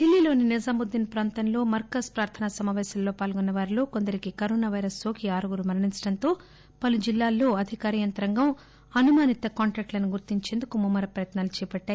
డిల్లీలోని నిజాముద్దీన్ ప్రాంతంలో మర్కజ్ ప్రార్థన సమాపేశాల్లో పాల్గొన్న వారిలో కొందరికి కరోనా పైరస్ సోకి ఆరుగురు మరణించడంతో పలు జిల్లాల్లో అధికార యంత్రాంగం అనుమానిత కాంట్రాక్ట్ లను గుర్తించేందుకు ముమ్మ రం ప్రయత్నాలు చేపట్టాయి